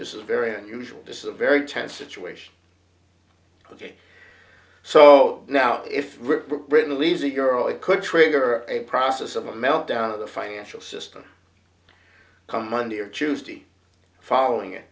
this is very unusual this is a very tense situation ok so now if written leaves a girl it could trigger a process of a meltdown of the financial system come monday or tuesday following it